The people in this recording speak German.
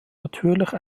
natürlich